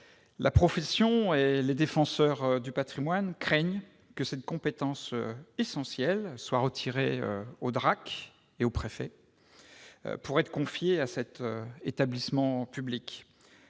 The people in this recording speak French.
La profession et les défenseurs du patrimoine craignent que cette compétence essentielle ne soit retirée aux DRAC et aux préfets pour être confiée à cet établissement public.